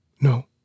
No